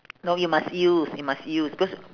no you must use you must use because